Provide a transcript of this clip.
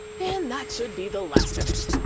and that should be the last of it!